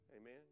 Amen